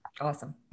Awesome